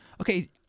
Okay